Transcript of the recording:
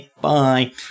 bye